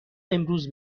امروز